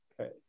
Okay